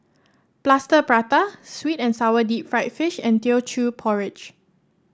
Plaster Prata sweet and sour Deep Fried Fish and Teochew Porridge